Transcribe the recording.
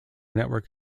network